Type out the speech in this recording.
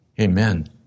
Amen